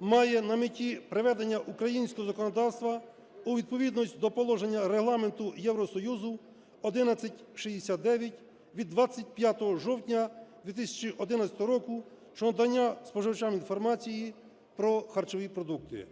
має на меті приведення українського законодавства у відповідність до Положення Регламенту Євросоюзу 1169 від 25 жовтня 2011 року щодо надання споживачам інформації про харчові продукти.